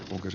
päätös